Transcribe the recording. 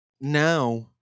now